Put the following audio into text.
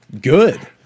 good